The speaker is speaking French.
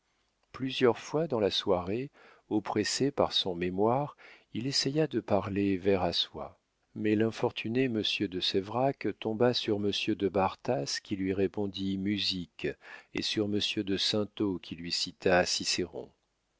plusieurs fois dans la soirée oppressé par son mémoire il essaya de parler vers à soie mais l'infortuné monsieur de séverac tomba sur monsieur de bartas qui lui répondit musique et sur monsieur de saintot qui lui cita